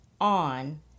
on